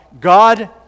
God